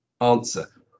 answer